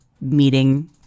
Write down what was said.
meeting